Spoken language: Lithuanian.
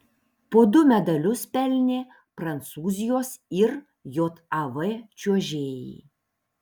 po du medalius pelnė prancūzijos ir jav čiuožėjai